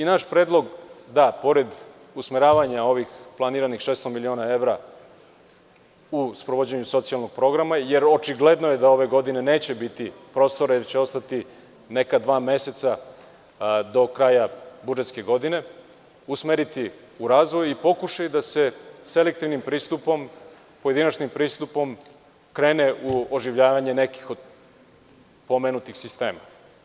Naš predlog je da pored usmeravanja ovih planiranih 600 milion evra u sprovođenju socijalnog programa, jer očigledno da ove godine neće biti prostora, jer će ostati neka dva meseca do kraja budžetske godine usmeriti u razvoj i pokušaj da se selektivnim pristupom, pojedinačnim pristupom krene u oživljavanje nekih od pomenutih sistema.